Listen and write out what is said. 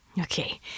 Okay